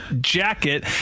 jacket